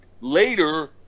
Later